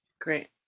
great